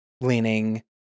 leaning